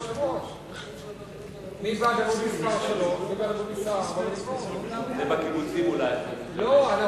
לוועדת החוץ והביטחון נתקבלה.